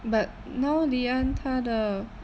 but now leanne 她的